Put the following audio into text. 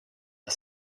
are